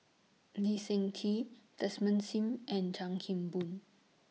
Lee Seng Tee Desmond SIM and Chan Kim Boon